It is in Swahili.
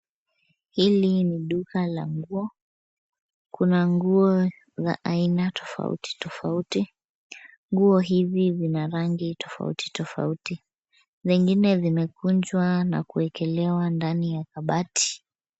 Hili ni duka la nguo. Kuna nguo za aina tofauti tofauti. Nguo hizi zina rangi tofauti tofauti. Zingine zimekunjwa na kuekelewa ndani ya kabati.